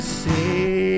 say